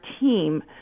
team